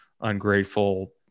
ungrateful